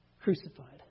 crucified